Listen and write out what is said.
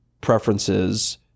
preferences